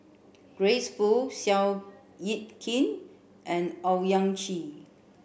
Grace Fu Seow Yit Kin and Owyang Chi